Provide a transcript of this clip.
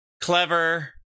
Clever